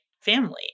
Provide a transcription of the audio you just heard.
family